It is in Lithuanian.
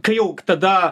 kai jau tada